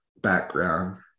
background